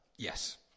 Yes